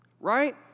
right